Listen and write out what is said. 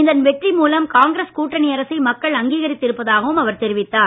இந்த வெற்றி மூலம் காங்கிரஸ் கூட்டணி அரசை மக்கள் அங்கீகரித்து இருப்பதாகவும் அவர் தெரிவித்தார்